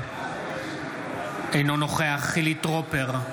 אינו נוכח חילי טרופר,